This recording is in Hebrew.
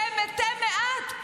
שהם מתי מעט,